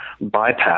bypass